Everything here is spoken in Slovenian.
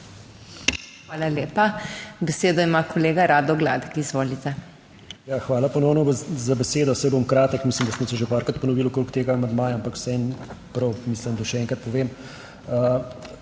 Hvala lepa. Besedo ima kolega Rado Gladek, izvolite. RADO GLADEK (PS SDS): Hvala ponovno za besedo. Saj bom kratek. Mislim, da smo se že parkrat ponovili okrog tega amandmaja, ampak vseeno prav, mislim, da še enkrat povem.